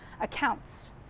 accounts